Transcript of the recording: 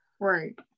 right